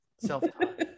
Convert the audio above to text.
self-taught